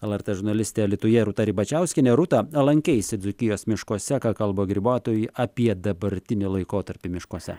lrt žurnalistė alytuje rūta ribačiauskienė rūta lankeisi dzūkijos miškuose ką kalba grybautojai apie dabartinį laikotarpį miškuose